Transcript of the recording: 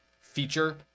feature